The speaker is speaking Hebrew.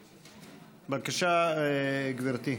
בבקשה, גברתי,